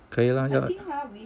可以 lah